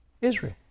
Israel